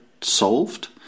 solved